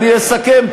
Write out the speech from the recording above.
אני אסכם,